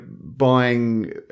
buying